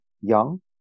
young